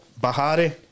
Bahari